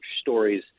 stories